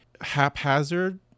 haphazard